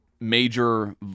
major